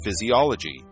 physiology